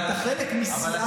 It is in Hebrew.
ואתה חלק מסיעת הליכוד,